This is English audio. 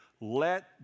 Let